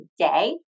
today